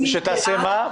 חקיקה שתעשה מה?